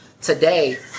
today